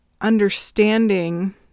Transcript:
understanding